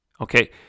Okay